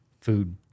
food